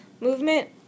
movement